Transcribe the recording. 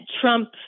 Trump